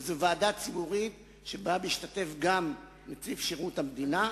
וזו ועדה ציבורית שמשתתף בה גם נציב שירות המדינה,